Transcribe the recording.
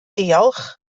diolch